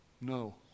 No